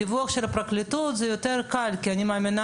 דווקא בדיווח של הפרקליטות זה יותר קל כי אני מאמינה